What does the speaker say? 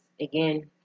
again